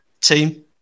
team